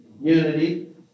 unity